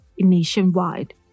nationwide